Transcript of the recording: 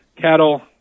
cattle